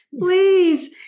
Please